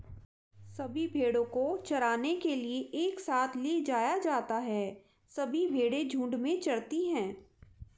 सभी भेड़ों को चराने के लिए एक साथ ले जाया जाता है सभी भेड़ें झुंड में चरती है